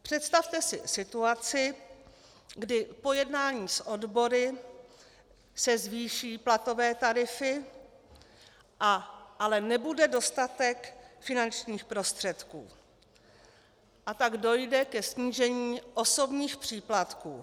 Představte si situaci, kdy po jednání s odbory se zvýší platové tarify, ale nebude dostatek finančních prostředků, a tak dojde ke snížení osobních příplatků.